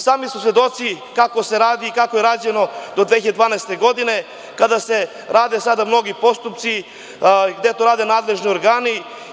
Sami smo svedoci kako je rađeno do 2012. godine, kada se rade sada mnogi postupci, gde to rade nadležni organi.